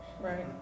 right